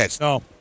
No